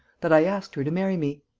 that i asked her to marry me.